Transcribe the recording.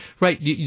right